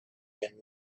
been